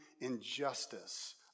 injustice